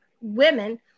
women